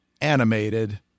animated